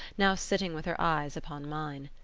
now sitting with her eyes upon mine.